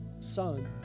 son